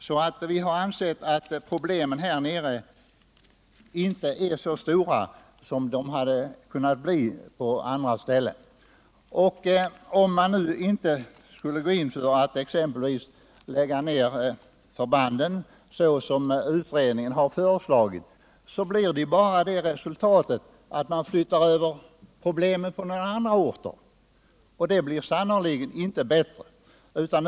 Vi har därför ansett att problemen i Skåne inte är så stora som de hade kunnat bli på andra ställen. Om man nu inte skulle lägga ned förbanden på det sätt som utredningen har föreslagit, blir följden bara den att man flyttar över problemet på andra orter, och det är sannerligen inte bättre.